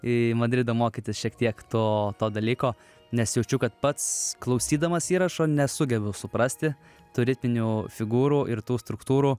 į madridą mokytis šiek tiek to to dalyko nes jaučiu kad pats klausydamas įrašo nesugebu suprasti tų ritminių figūrų ir tų struktūrų